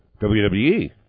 WWE